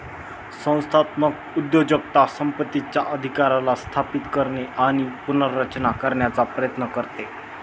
संस्थात्मक उद्योजकता संपत्तीचा अधिकाराला स्थापित करणे आणि पुनर्रचना करण्याचा प्रयत्न करते